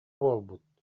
буолбут